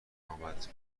آمد